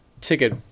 ticket